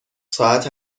ساعت